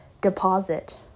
deposit